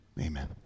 amen